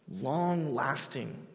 long-lasting